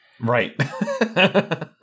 right